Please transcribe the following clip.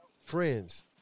friends